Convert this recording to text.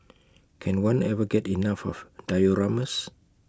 can one ever get enough of dioramas